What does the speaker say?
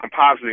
compositing